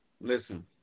Listen